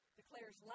declares